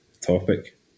topic